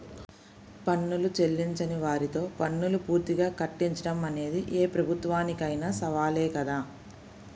పన్నులు చెల్లించని వారితో పన్నులు పూర్తిగా కట్టించడం అనేది ఏ ప్రభుత్వానికైనా సవాలే కదా